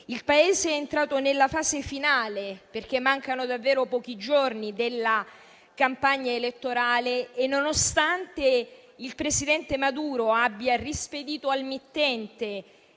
Il Paese è entrato nella fase finale (perché mancano davvero pochi giorni) della campagna elettorale e, nonostante il presidente Maduro abbia rispedito al mittente